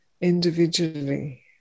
individually